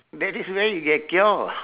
that is where you get cure